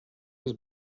was